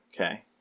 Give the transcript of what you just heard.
okay